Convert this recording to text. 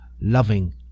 loving